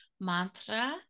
Mantra